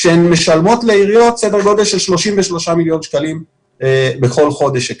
כשהן משלמות לעיריות סדר גודל של 33 מיליון שקלים בכל חודש.